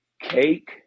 Cake